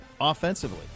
offensively